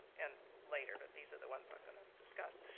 and later, but these are the ones i'm going to discuss.